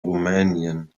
rumänien